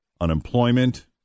unemployment